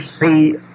see